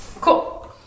Cool